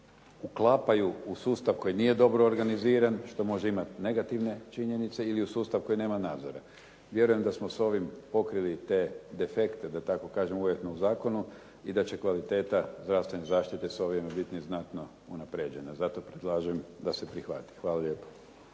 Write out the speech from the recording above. uklapaju u sustav koji nije dobro organiziran, što može imati negativne činjenice ili u sustav koji nema nadzore. Vjerujem da smo s ovim pokrili te defekte, da tako kažem uvjetno, u zakonu i da će kvaliteta zdravstvene zaštite s ovime biti znatno unaprijeđena. Zato predlažem da se prihvati. Hvala lijepo.